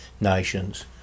nations